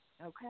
Okay